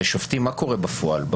הרי מה קורה בפועל עם שופטים?